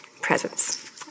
presence